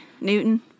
Newton